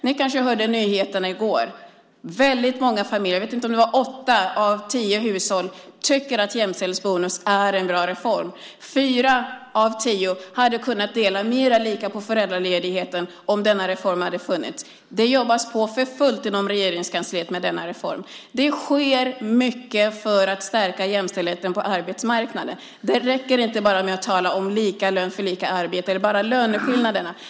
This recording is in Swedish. Ni kanske hörde på nyheterna i går att väldigt många familjer, jag tror att det var åtta av tio hushåll, tycker att jämställdhetsbonusen är en bra reform. Fyra av tio hade kunnat dela mer lika på föräldraledigheten om denna reform hade funnits. Det jobbas på för fullt med denna reform inom Regeringskansliet. Det sker mycket för att stärka jämställdheten på arbetsmarknaden. Det räcker inte att bara tala om lika lön för lika arbete eller löneskillnaderna.